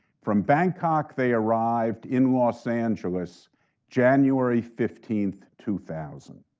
from bangkok they arrived in los angeles january fifteenth, two thousand.